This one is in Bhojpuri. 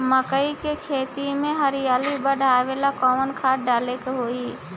मकई के खेती में हरियाली बढ़ावेला कवन खाद डाले के होई?